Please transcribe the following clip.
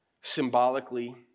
symbolically